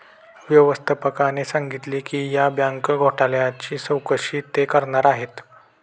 व्यवस्थापकाने सांगितले की या बँक घोटाळ्याची चौकशी ते करणार आहेत